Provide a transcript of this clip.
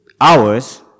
hours